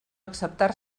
acceptar